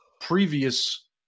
previous